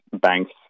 banks